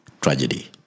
tragedy